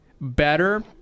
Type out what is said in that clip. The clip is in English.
better